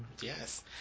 Yes